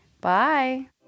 bye